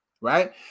right